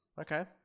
Okay